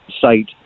site